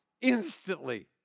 instantly